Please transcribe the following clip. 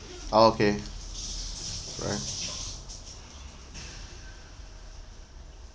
okay right